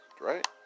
right